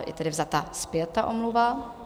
Je tedy vzata zpět ta omluva.